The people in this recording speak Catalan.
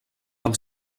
del